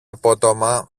απότομα